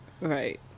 right